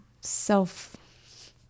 self